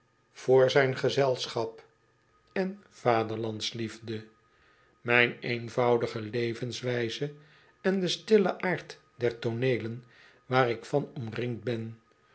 voor zijn gezelschap en vaderlandsliefde mijn eenvoudige levenswijze en de stille aard der tooneelen waar ik van omringd ben